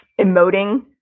emoting